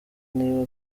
niba